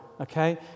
okay